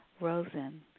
Rosen